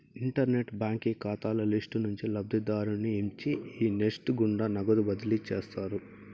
internet బాంకీ కాతాల list నుంచి లబ్ధిదారుని ఎంచి ఈ నెస్ట్ గుండా నగదు బదిలీ చేస్తారు